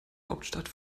hauptstadt